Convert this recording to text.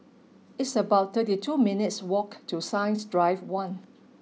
it's about thirty two minutes' walk to Science Drive One